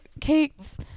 cakes